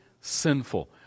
sinful